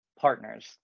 partners